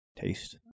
taste